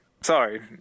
Sorry